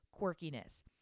quirkiness